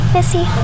Missy